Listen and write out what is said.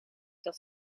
dat